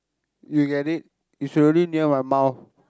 you get it it's already near my mouth